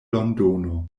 londono